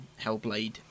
Hellblade